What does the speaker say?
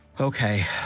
Okay